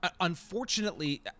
unfortunately